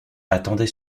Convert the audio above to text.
attendait